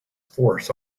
force